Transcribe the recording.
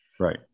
Right